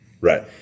Right